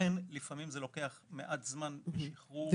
לכן לפעמים זה לוקח מעט זמן לשחרור.